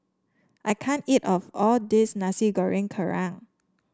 I can't eat of all this Nasi Goreng Kerang